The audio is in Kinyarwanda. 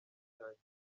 byanjye